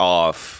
off